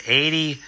eighty